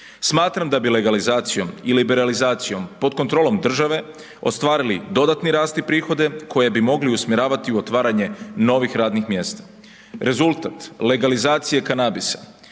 Smatram da bi legalizacijom i liberalizacijom po kontrolom države ostvarili dodatni rast i prihode koje bi mogli usmjeravati u otvaranje novih radnih mjesta.